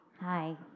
Hi